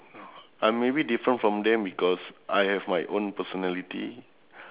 I'm maybe different from them because I have my own personality